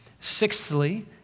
sixthly